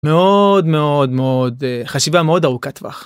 מאוד מאוד מאוד חשיבה מאוד ארוכת טווח.